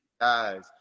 guys